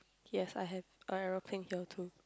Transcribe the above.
yes I have a aeroplane here too